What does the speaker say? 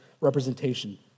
representation